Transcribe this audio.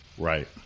Right